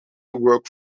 work